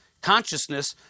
consciousness